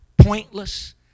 pointless